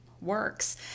Works